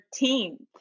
13th